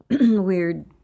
weird